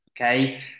okay